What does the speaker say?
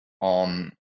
on